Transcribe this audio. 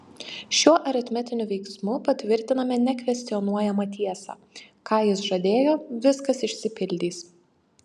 šiuo aritmetiniu veiksmu patvirtiname nekvestionuojamą tiesą ką jis žadėjo viskas išsipildys